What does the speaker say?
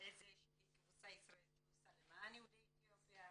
איזו שהיא קבוצה ישראלית שעושה למען יהודי אתיופיה,